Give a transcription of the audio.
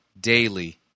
daily